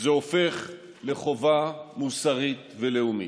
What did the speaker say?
זה הופך לחובה מוסרית ולאומית.